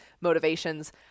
motivations